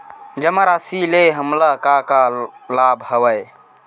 जमा राशि ले हमला का का लाभ हवय?